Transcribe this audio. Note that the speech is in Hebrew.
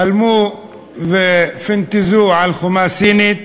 חלמו ופנטזו על חומה סינית